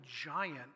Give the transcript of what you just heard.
giant